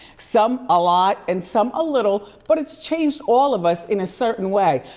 some a lot and some a little, but it's changed all of us in a certain way.